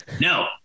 no